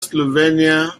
slovenia